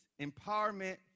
empowerment